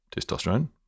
testosterone